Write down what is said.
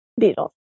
Beatles